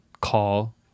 call